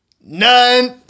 None